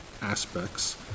aspects